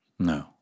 No